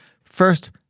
First